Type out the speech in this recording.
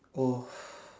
oh